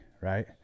Right